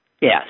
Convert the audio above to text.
Yes